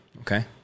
Okay